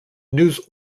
news